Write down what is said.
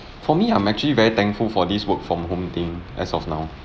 for me I'm actually very thankful for this work from home thing as of now